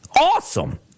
Awesome